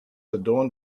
adorned